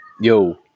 yo